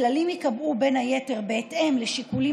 הכללים ייקבעו בין היתר בהתאם לשיקולים